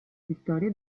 vittoria